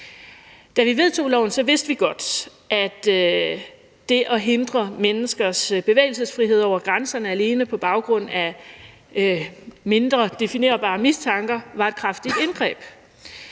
Da vi vedtog loven, vidste vi godt, at det at hindre menneskers bevægelsesfrihed over grænserne alene baggrund af mindre definerbare mistanker var et kraftigt indgreb.